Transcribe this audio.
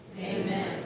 Amen